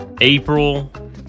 April